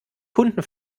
kunden